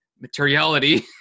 materiality